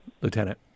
Lieutenant